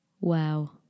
Wow